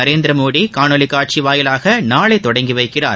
நரேந்திரமோடி காணொலி காட்சி வாயிலாக நாளை தொடங்கி வைக்கிறார்